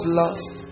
lost